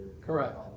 Correct